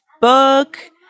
book